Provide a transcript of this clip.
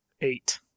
eight